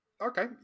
Okay